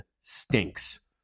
stinks